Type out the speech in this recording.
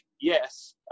Yes